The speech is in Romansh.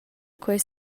quei